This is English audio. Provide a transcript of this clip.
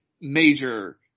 major